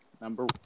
number